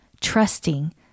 trusting